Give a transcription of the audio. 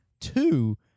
Two